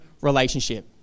relationship